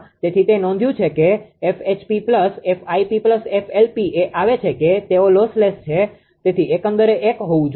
તેથી તે નોંધ્યું છે કે 1 એઆવે છે કે તેઓ લોસલેસ છે તેથી એકંદરે તે 1 હોવું જોઈએ